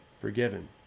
forgiven